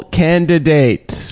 candidate